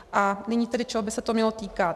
A nyní tedy, čeho by se to mělo týkat.